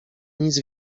nic